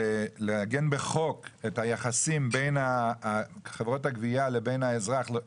לעגן בחוק את היחסים בין חברות הגבייה לבין האזרח,